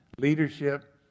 leadership